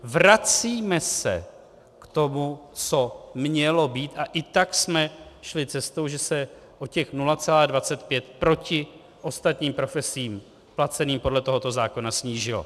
Vracíme se k tomu, co mělo být, a i tak jsme šli cestou, že se o těch 0,25 proti ostatním profesím placeným podle tohoto zákona snížilo.